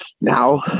now